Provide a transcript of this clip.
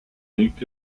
liegt